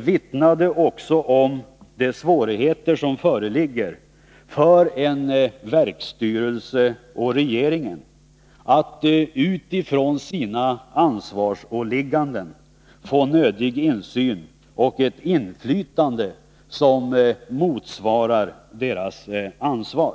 vittnade också om de svårigheter som föreligger för en verksstyrelse och en regering att utifrån sina ansvarsåligganden få nödig insyn och ett inflytande som motsvarar deras ansvar.